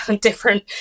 different